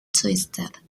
twisted